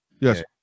Yes